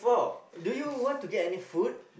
do you want to get any food